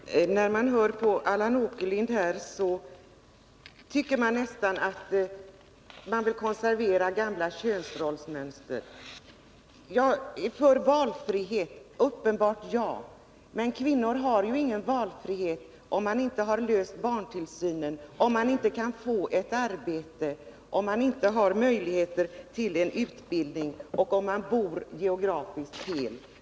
Herr talman! När jag här hör på Allan Åkerlind, får jag nästan det intrycket att han vill konservera gamla könsrollsmönster. Han säger sig vara för valfrihet. Men kvinnor har ingen valfrihet, om inte problemet med barntillsynen har lösts, om de inte kan få ett arbete, om de inte har möjligheter till utbildning eller om de bor geografiskt fel.